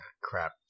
crap